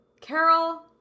Carol